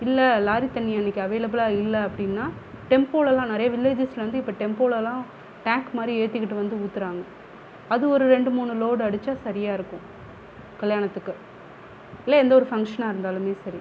இல்லை லாரி தண்ணி அன்றைக்கி அவைலபிளாக இல்லை அப்படினா டெம்ப்போலலாம் நிறைய வில்லேஜ்ஜஸ்லேருந்து வந்து இப்போ டெம்ப்போலலாம் டேங்க் மாதிரி ஏற்றிக்கிட்டு வந்து ஊற்றுறாங்க அது ஒரு ரெண்டு மூணு லோடு அடிச்சால் சரியாக இருக்கும் கல்யாணத்துக்கு இல்லை எந்த ஒரு ஃபங்க்ஷனாக இருந்தாலுமே சரி